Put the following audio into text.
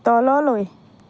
তললৈ